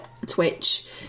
twitch